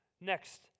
next